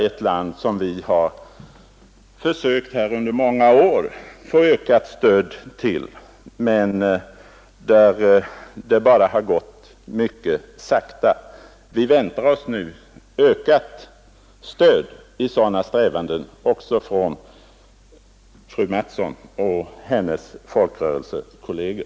Vi har under många år försökt här i riksdagen få ökat bistånd till det landet, men det har gått mycket sakta att få regeringspartiets stöd. Nu väntar vi oss hjälp i sådana strävanden, också från fröken Mattson och hennes folkrörelsekolleger.